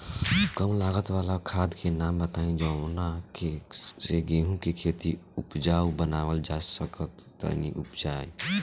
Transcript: कम लागत वाला खाद के नाम बताई जवना से गेहूं के खेती उपजाऊ बनावल जा सके ती उपजा?